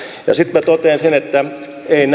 ja sitten totean sen että eivät